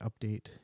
update